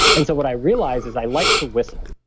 and so what i realized is i like to whistle.